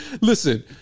Listen